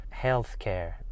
healthcare